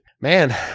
man